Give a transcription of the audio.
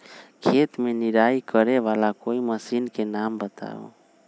खेत मे निराई करे वाला कोई मशीन के नाम बताऊ?